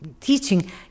teaching